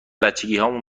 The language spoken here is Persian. بچگیهامون